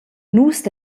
nus